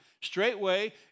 Straightway